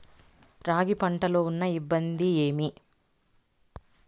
రాగి పంటలో ఉన్న ఇబ్బంది ఏమి?